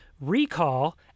recall